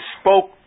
spoke